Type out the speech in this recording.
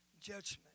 judgment